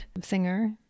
singer